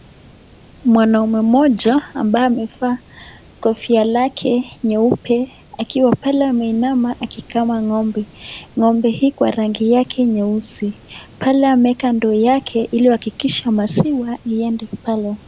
Mwanaume mmoja ambaye amevaa kofia lake nyeupe, akiwa pale ameinama akikamua ng'ombe, ngombe hii kwa rangi yake nyeusi. Pale ameweka ndoo yake ili akikishe maziwa iende pale.